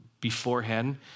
beforehand